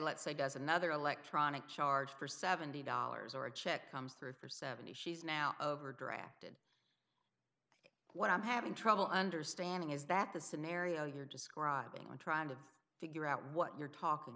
let's say does another electronic charge for seventy dollars or a check comes through for seventy she's now of are drafted what i'm having trouble understanding is that the scenario you're describing i'm trying to figure out what you're talking